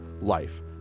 life